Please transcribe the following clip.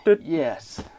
yes